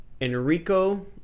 enrico